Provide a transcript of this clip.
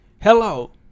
Hello